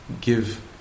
give